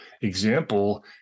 example